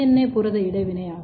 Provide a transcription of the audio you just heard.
ஏ புரத இடைவினை ஆகும்